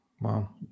Wow